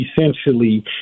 essentially